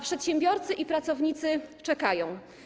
Przedsiębiorcy i pracownicy czekają.